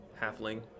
halfling